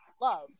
love